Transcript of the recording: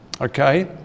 Okay